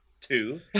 Two